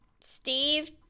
Steve